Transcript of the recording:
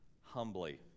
humbly